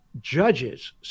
judges